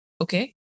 okay